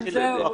זהו.